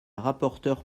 rapporteure